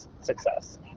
success